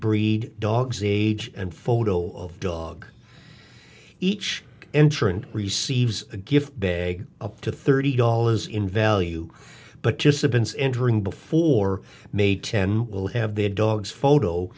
breed dogs age and photo dog each entrant receives a gift bag up to thirty dollars in value but just the bins entering before may ten will have their dog's photo